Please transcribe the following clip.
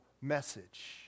message